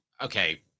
okay